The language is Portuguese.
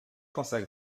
consegue